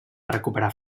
recuperar